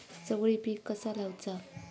चवळी पीक कसा लावचा?